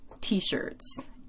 t-shirts